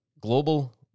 Global